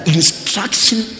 instruction